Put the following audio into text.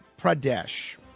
Pradesh